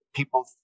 People